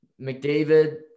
McDavid